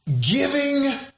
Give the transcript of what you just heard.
giving